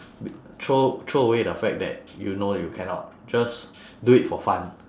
throw throw away the fact that you know you cannot just do it for fun